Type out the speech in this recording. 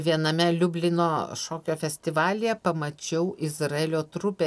viename liublino šokio festivalyje pamačiau izraelio trupę